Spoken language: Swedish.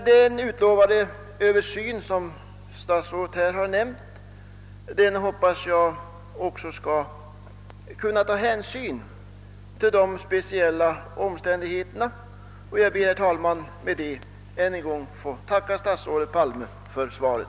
Vid den utlovade översyn som statsrådet här har nämnt hoppas jag att man också skall kunna ta hänsyn till pensionärernas speciella omständigheter, och med det ber jag att än en gång få tacka statsrådet Palme för svaret.